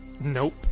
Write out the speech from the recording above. Nope